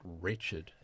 wretched